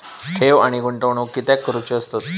ठेव आणि गुंतवणूक हे कित्याक करुचे असतत?